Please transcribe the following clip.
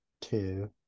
two